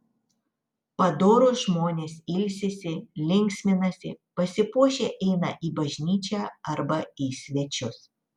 padorūs žmonės ilsisi linksminasi pasipuošę eina į bažnyčią arba į svečius